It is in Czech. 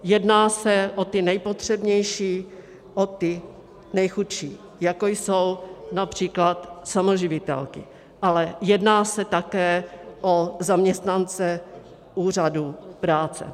Jedná se o ty nejpotřebnější, o ty nejchudší, jako jsou například samoživitelky, ale jedná se také o zaměstnance úřadů práce.